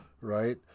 right